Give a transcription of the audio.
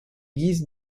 guise